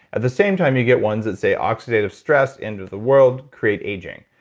at the same time, you get ones that say oxidative stress enters the world, create aging.